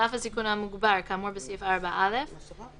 אף הסיכון המוגבר כאמור בסעיף 4(א) ,